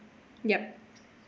ya